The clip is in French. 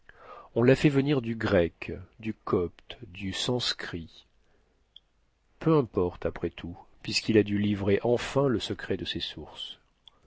ce qui fait le nombre des jours de l'année peu importe après tout puisqu'il a dû livrer enfin le secret de ses sources